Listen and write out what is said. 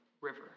river